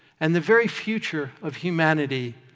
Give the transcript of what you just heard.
and the very future of humanity,